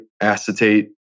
acetate